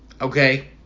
Okay